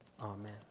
amen